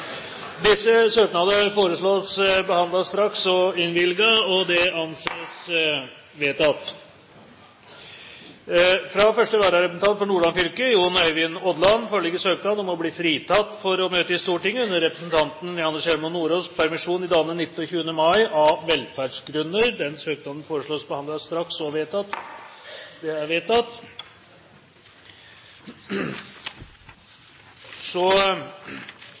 Disse søknader foreslås behandlet straks og innvilget. – Det anses vedtatt. Fra første vararepresentant for Nordland fylke, Jon Øyvind Odland, foreligger søknad om å bli fritatt for å møte i Stortinget under representanten Janne Sjelmo Nordås’ permisjon i dagene 19. og 20. mai, av velferdsgrunner. Etter forslag fra presidenten ble enstemmig besluttet: Søknaden behandles straks og